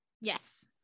Yes